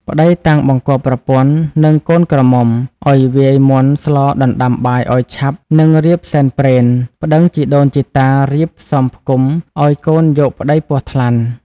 ប្ដីតាំងបង្គាប់ប្រពន្ធ និងកូនក្រមុំឱ្យវាយមាន់ស្លដណ្ដាំបាយឱ្យឆាប់ និងរៀបសែនព្រេន ប្ដឹងជីដូនជីតារៀបផ្សំផ្គុំឱ្យកូនយកប្ដីពស់ថ្លាន់ ។